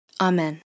Amen